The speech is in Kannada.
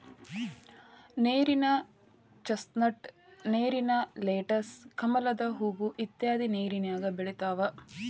ನೇರಿನ ಚಸ್ನಟ್, ನೇರಿನ ಲೆಟಸ್, ಕಮಲದ ಹೂ ಇತ್ಯಾದಿ ನೇರಿನ್ಯಾಗ ಬೆಳಿತಾವ